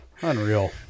Unreal